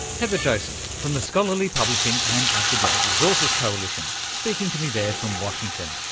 heather joseph from the scholarly publishing and academic resources coalition, speaking to me there from washington.